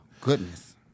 goodness